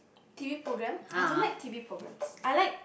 t_v programme I don't like t_v programmes I like